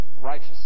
righteous